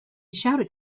shouted